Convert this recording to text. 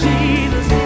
Jesus